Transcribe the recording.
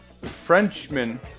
Frenchman